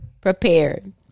Prepared